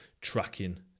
tracking